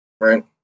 right